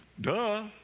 Duh